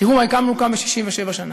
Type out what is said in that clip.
תראו מה הקמנו כאן ב-67 שנה: